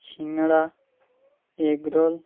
সিঙাড়া egg roll